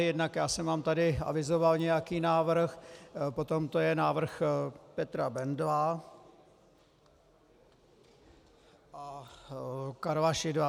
Jednak já jsem vám tady avizoval nějaký návrh, potom to je návrh Petra Bendla a Karla Šidla.